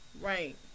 Right